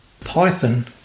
Python